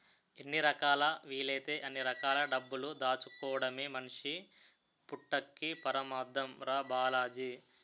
ఎన్ని రకాలా వీలైతే అన్ని రకాల డబ్బులు దాచుకోడమే మనిషి పుట్టక్కి పరమాద్దం రా బాలాజీ